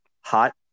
hot